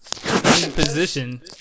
Position